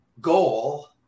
goal